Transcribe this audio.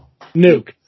Nuke